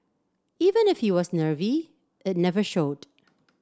even if he was nervy it never showed